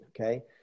okay